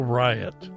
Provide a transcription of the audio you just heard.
riot